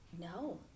No